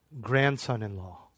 grandson-in-law